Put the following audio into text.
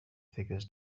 figures